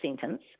sentence